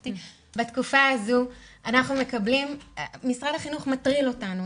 בתקופה הזאת אנחנו משרד החינוך מטריל אותנו,